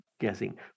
guessing